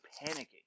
panicking